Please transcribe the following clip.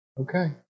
Okay